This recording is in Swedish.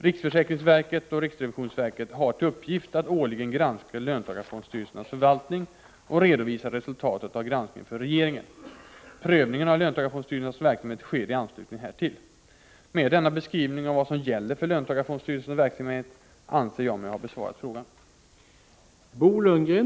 Riksförsäkringsverket och riksrevisionsverket har till uppgift att årligen granska löntagarfondstyrelsernas förvaltning och redovisa resultatet av granskningen för regeringen. Prövningen av löntagarfondstyrelsernas verksamhet sker i anslutning härtill. Med denna beskrivning av vad som gäller för löntagarfondstyrelsernas verksamhet anser jag mig ha besvarat frågan.